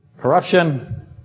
Corruption